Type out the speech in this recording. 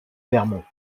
vermont